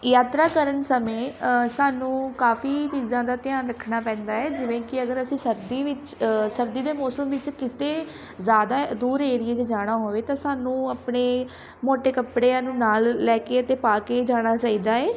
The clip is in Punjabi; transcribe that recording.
ਯਾਤਰਾ ਕਰਨ ਸਮੇਂ ਸਾਨੂੰ ਕਾਫੀ ਚੀਜ਼ਾਂ ਦਾ ਧਿਆਨ ਰੱਖਣਾ ਪੈਂਦਾ ਐ ਜਿਵੇਂ ਕਿ ਅਗਰ ਅਸੀਂ ਸਰਦੀ ਵਿੱਚ ਸਰਦੀ ਦੇ ਮੌਸਮ ਵਿੱਚ ਕਿਤੇ ਜ਼ਿਆਦਾ ਦੂਰ ਏਰੀਏ 'ਚ ਜਾਣਾ ਹੋਵੇ ਤਾਂ ਸਾਨੂੰ ਆਪਣੇ ਮੋਟੇ ਕੱਪੜਿਆਂ ਨੂੰ ਨਾਲ ਲੈ ਕੇ ਅਤੇ ਪਾ ਕੇ ਜਾਣਾ ਚਾਹੀਦਾ ਹੈ